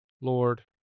Lord